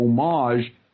homage